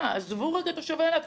עזבו רגע את תושבי אילת,